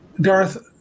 Darth –